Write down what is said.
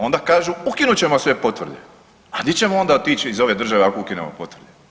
Onda kažu ukinut ćemo sve potvrde, a di ćemo onda otići iz ove države ako ukinemo potvrde?